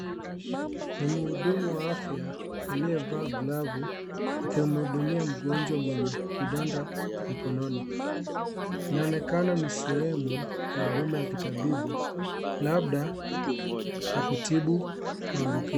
Ni mhudumu wa afya aliyevaa glavu ,akimhudumia mgonjwa mwenye vidonda mikononi. Inaonekana ni sehemu ya huduma ya kitabibu ,labda ya kutibu maambukizi .